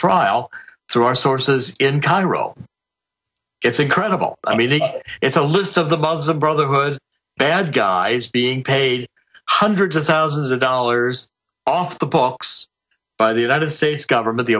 through our sources in cairo it's incredible i mean it's a list of the muslim brotherhood bad guys being paid hundreds of thousands of dollars off the books by the united states government the